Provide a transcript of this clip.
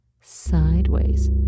sideways